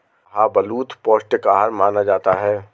शाहबलूत पौस्टिक आहार माना जाता है